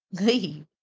leave